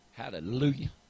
Hallelujah